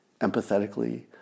empathetically